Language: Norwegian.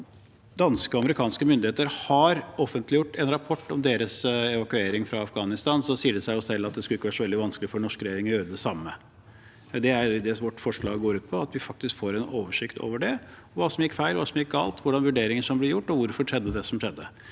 danske og amerikanske myndigheter har offentliggjort en rapport om sin evakuering fra Afghanistan, sier det seg selv at det ikke skulle være så veldig vanskelig for den norske regjeringen å gjøre det samme. Det er det vårt forslag går ut på – at vi faktisk får en oversikt over hva som gikk feil, hva som gikk galt, hvilke vurderinger som ble gjort, og hvorfor det som skjedde,